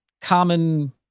common